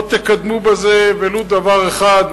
לא תקדמו בזה ולו דבר אחד,